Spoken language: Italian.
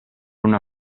una